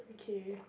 K